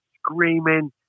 Screaming